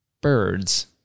birds